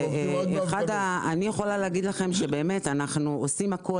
אני יכולה להגיד לכם שאנחנו עושים הכול